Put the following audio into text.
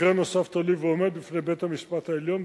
מקרה נוסף תלוי ועומד בפני בית-המשפט העליון,